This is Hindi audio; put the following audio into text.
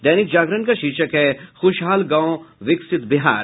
दैनिक जागरण का शीर्षक है खुशहाल गांव विकसित बिहार